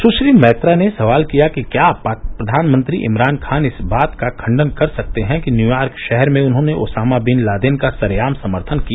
सुश्री मैत्रा ने सवाल किया कि क्या प्रधानमंत्री इमरान खान इस बात का खंडन कर सकते हैं कि न्यूयॉर्क शहर में उन्होंने ओसामा बिन लादेन का सरेआम समर्थन किया